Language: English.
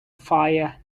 fire